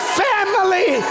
family